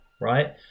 right